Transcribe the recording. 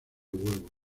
huevos